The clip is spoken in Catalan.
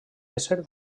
ésser